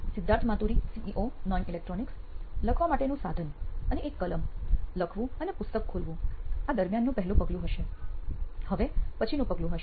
Siddharth Maturi CEO નોઇન electronics લખવા માટેનું સાધન અને એક કલમ લખવું અને તેનું પુસ્તક ખોલવું આ 'દરમ્યાન' નું પહેલું પગલું હશે હવે પછીનું પગલું હશે